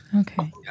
Okay